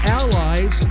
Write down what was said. allies